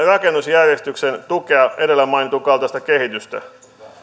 rakennusjärjestyksen tukea edellä mainitun kaltaista kehitystä